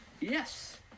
Yes